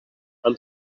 amb